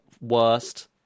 worst